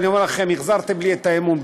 אני אומר לכם: החזרתם לי את האמון.